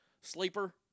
sleeper